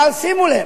אבל שימו לב,